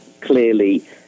clearly